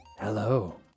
Hello